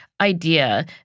idea